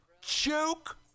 Joke